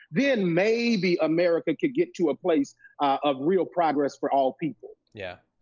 then maybe america could get to a place of real progress for all people. yeah.